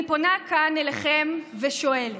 אני פונה כאן אליכם ושואלת: